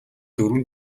дөрвөн